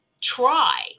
try